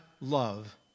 love